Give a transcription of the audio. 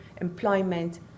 employment